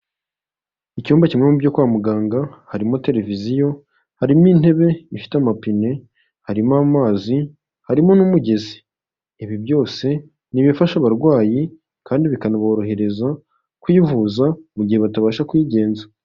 Icyumba kimwe mu byo kwa muganga, harimo televiziyo, harimo intebe ifite amapine, harimo amazi harimo n'umugezi, ibi byose ni ibifasha abarwayi kandi bikanaborohereza kwivuza mu gihe batabasha kwigenza.